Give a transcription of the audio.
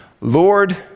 Lord